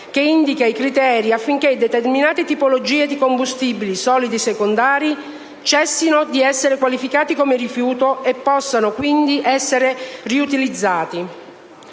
che indica i criteri affinché determinate tipologie di combustibili solidi secondari cessino di essere qualificati come rifiuto e possano quindi essere riutilizzati.